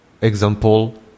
example